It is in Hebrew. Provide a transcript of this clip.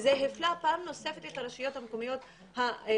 זה הפלה פעם נוספת את הרשויות המקומיות הערביות.